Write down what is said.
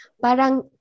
Parang